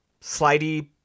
slidey